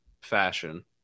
fashion